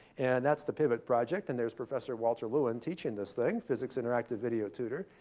and that's the pivot project, and there's professor walter lewin teaching this thing, physics interactive video tutor.